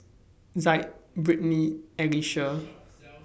Zaid Britney and Alycia